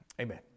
amen